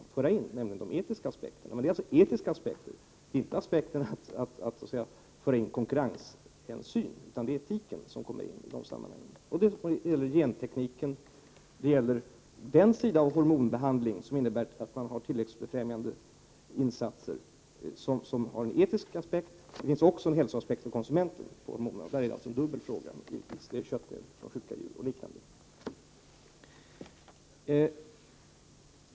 Det handlar då om de etiska aspekterna, inte om att konkurrenshänsyn skall föras in. Det är alltså etiken som kommer in i dessa sammanhang. Det gäller gentekniken och den del av hormonbehandlingen som innebär att det måste till tilläggsbefrämjande insatser. Men det finns också en hälsoaspekt beträffande konsumenten — det här är alltså en fråga i dubbel bemärkelse. Jag tänker då på t.ex. kött från sjuka djur.